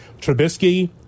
Trubisky